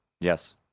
Yes